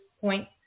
point